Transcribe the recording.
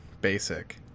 basic